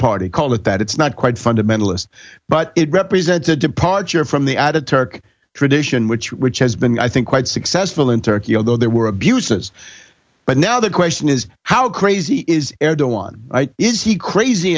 party call it that it's not quite fundamentalist but it represents a departure from the ataturk tradition which which has been i think quite successful in turkey although there were abuses but now the question is how crazy is the one is he crazy